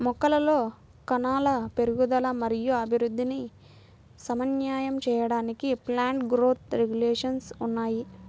మొక్కలలో కణాల పెరుగుదల మరియు అభివృద్ధిని సమన్వయం చేయడానికి ప్లాంట్ గ్రోత్ రెగ్యులేషన్స్ ఉన్నాయి